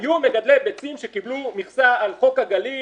היו מגדלי ביצים שקיבלו מכסה על חוק הגליל,